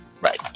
Right